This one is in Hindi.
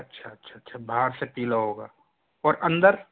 अच्छा अच्छा अच्छा बाहर से पीला होगा और अंदर